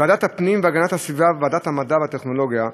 ועדת הפנים והגנת הסביבה וועדת המדע והטכנולוגיה,